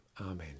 Amen